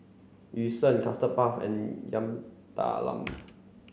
Yu Sheng Custard Puff and Yam Talam